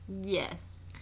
yes